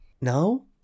no